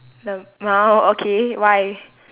LMAO okay why